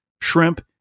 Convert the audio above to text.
shrimp